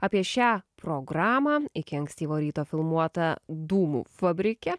apie šią programą iki ankstyvo ryto filmuotą dūmų fabrike